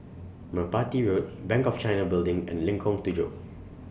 Merpati Road Bank of China Building and Lengkong Tujuh